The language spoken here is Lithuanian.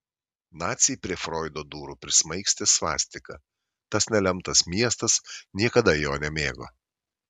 naciai prie froido durų prismaigstė svastiką tas nelemtas miestas niekada jo nemėgo